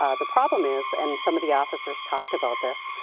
ah the problem is, and some of the officers talked about this,